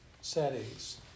settings